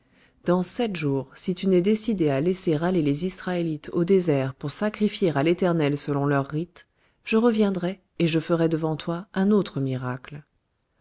dans sept jours si tu n'es pas décidé à laisser aller les israélites au désert pour sacrifier à l'éternel selon leurs rites je reviendrai et je ferai devant toi un autre miracle